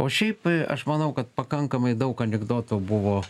o šiaip aš manau kad pakankamai daug anekdotų buvo